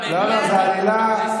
לא, לא, זה